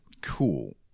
Cool